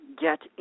get